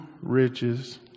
riches